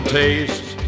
taste